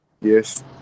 Yes